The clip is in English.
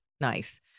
nice